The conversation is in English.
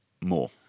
more